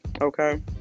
okay